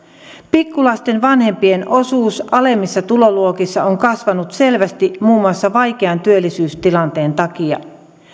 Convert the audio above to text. pikkulasten vanhempien osuus alemmissa tuloluokissa on kasvanut selvästi muun muassa vaikean työllisyystilanteen takia